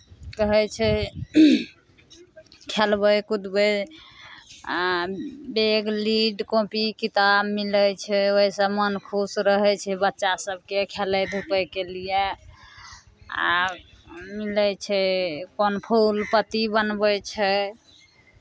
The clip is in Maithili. कहै छै खेलबै कुदबै आ बैग लीड कॉपी किताब मिलै छै ओहिसँ मन खुश रहै छै बच्चा सभके खेलय धुपयके लिए आ मिलै छै कोन फूल पत्ती बनबै छै